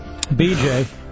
BJ